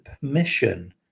permission